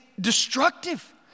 destructive